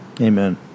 Amen